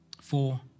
four